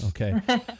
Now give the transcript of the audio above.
Okay